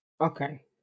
Okay